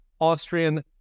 Austrian